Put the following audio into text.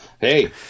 hey